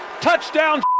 Touchdown